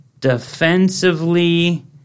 Defensively